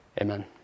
Amen